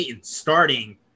starting